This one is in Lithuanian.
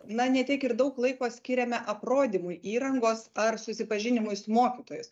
na ne tiek ir daug laiko skiriame aprodymui įrangos ar susipažinimui su mokytojais